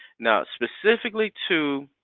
now specifically to,